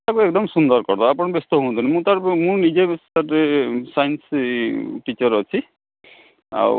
ତାକୁ ଏକଦମ୍ ସୁନ୍ଦର କରିଦବା ଆପଣ ବ୍ୟସ୍ତ ହୁଅନ୍ତୁନି ମୁଁ ତା'ର ମୁଁ ନିଜେ ସାଇନ୍ସ ଟିଚର୍ ଅଛି ଆଉ